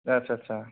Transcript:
आटसा आटसा